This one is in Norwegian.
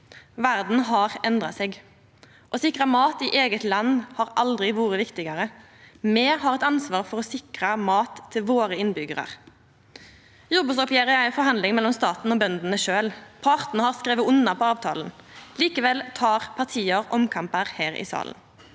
Verda har endra seg. Å sikra mat i eige land har aldri vore viktigare. Me har eit ansvar for å sikra mat til innbyggjarane våre. Jordbruksoppgjeret er ei forhandling mellom staten og bøndene sjølve. Partane har skrive under på avtalen. Likevel tek parti omkampar her i salen.